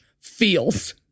feels